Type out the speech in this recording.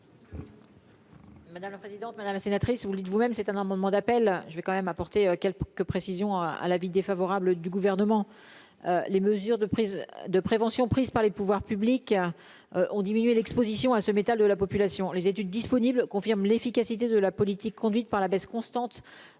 Madame la présidente, madame la sénatrice, vous le dites vous-même, c'est un amendement d'appel, je vais quand même apporter quelques précisions à à l'avis défavorable du gouvernement, les mesures de prises de prévention prises par les pouvoirs publics ont diminué, l'Exposition à ce métal de la population, les études disponibles confirment l'efficacité de la politique conduite par la baisse constante